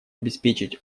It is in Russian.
обеспечить